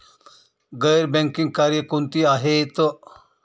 गैर बँकिंग कार्य कोणती आहेत?